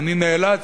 אני נאלץ,